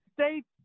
states